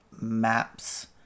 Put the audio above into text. maps